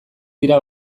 dira